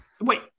Wait